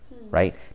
right